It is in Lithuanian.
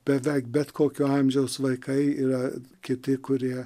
beveik bet kokio amžiaus vaikai yra kiti kurie